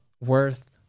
worth